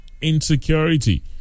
insecurity